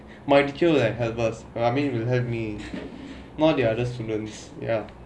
my teacher like help us I mean uh help me not the other students ya